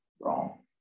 Wrong